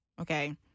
okay